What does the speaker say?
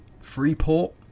Freeport